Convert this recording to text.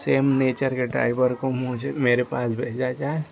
same nature का driver को मुझे मेरे पास भेजा जाए